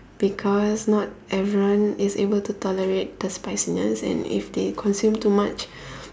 because not everyone is able to tolerate the spiciness and if they consume too much